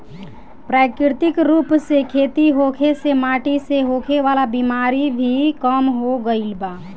प्राकृतिक रूप से खेती होखे से माटी से होखे वाला बिमारी भी कम हो गईल बा